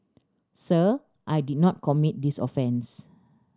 sir I did not commit this offence